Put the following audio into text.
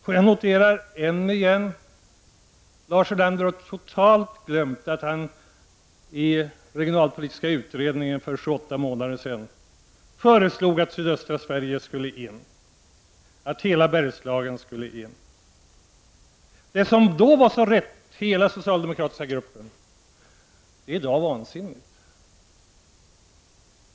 Får jag än en gång notera att Lars Ulander totalt har glömt att han i den regionalpolitiska utredningen, för sju åtta månader sedan, föreslog att sydöstra Sverige och hela Bergslagen skulle ingå i stödområdena. Det som då var så riktigt i hela den socialdemokratiska gruppen är i dag vansinnigt.